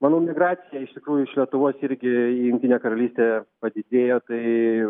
manau migracija iš tikrųjų iš lietuvos irgi į jungtinę karalystę padidėjo tai